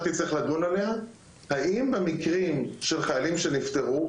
תצטרך לדון עליה האם במקרים של חיילם שנפטרו,